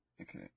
Okay